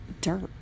dirt